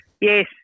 Yes